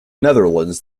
netherlands